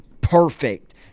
perfect